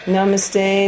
Namaste